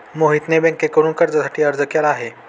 मोहितने बँकेकडे कर्जासाठी अर्ज केला आहे